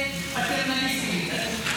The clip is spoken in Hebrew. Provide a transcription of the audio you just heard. זה פטרנליסטי מדי.